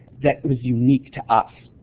that was unique to us.